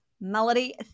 Melody